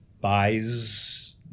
buys